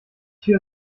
tür